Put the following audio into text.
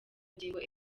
ngingo